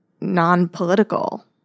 non-political